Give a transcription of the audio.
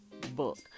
book